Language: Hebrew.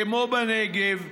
כמו בנגב,